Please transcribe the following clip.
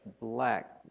black